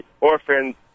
orphans